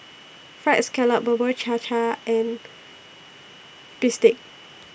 Fried Scallop Bubur Cha Cha and Bistake